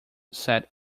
said